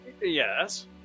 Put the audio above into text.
Yes